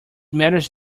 matters